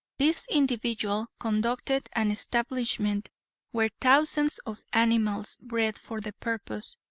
this individual conducted an establishment where thousands of animals, bred for the purpose,